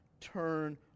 turn